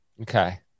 Okay